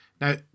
Now